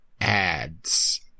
ads